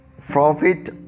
profit